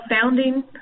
founding